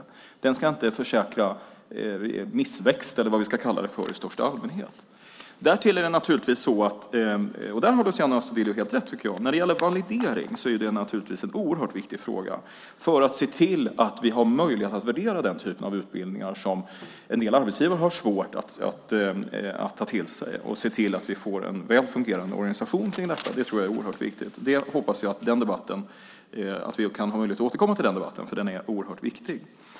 Arbetslöshetsförsäkringen ska inte försäkra missväxt - eller vad vi nu ska kalla det för - i största allmänhet. Dessutom är naturligtvis - där tycker jag att Luciano Astudillo har helt rätt - valideringen en oerhört viktig fråga när det gäller att se till att vi har möjlighet att värdera den typ av utbildningar som en del arbetsgivare har svårt att ta till sig. Att se till att vi får en väl fungerande organisation kring detta tror jag är oerhört viktigt. Jag hoppas att vi får möjlighet att återkomma till den debatten, för den är oerhört viktig.